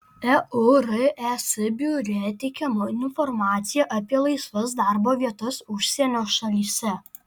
eures biure teikiama informacija apie laisvas darbo vietas užsienio šalyse